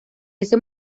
ese